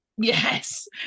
Yes